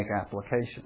application